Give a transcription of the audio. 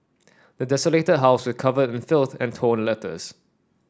the desolated house was covered in filth and torn letters